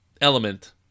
element